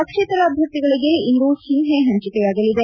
ಪಕ್ಷೇತರ ಅಭ್ಯರ್ಥಿಗಳಿಗೆ ಇಂದು ಚಿಹ್ನೆ ಹಂಚಿಕೆಯಾಗಲಿದೆ